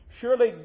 Surely